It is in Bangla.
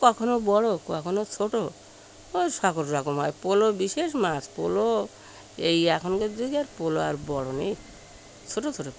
কখনও বড় কখনও ছোট ওই সকল রকম হয় পলো বিশেষ মাছ পলো এই এখনকার যুগে আর পলো আর বড় নেই ছোট ছোট